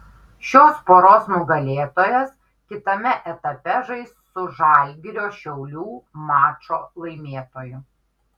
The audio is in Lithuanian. šios poros nugalėtojas kitame etape žais su žalgirio šiaulių mačo laimėtoju